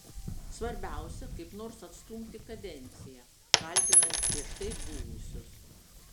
svarbiausia kaip nors atstumti kadenciją kaltinant prieš tai buvusius